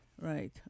right